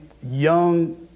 young